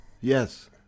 Yes